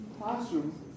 classroom